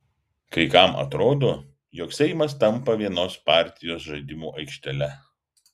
kai kam atrodo jog seimas tampa vienos partijos žaidimų aikštele